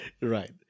Right